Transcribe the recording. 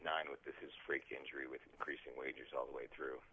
nine with this is freaking injury with increasing wages all the way through